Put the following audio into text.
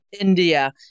India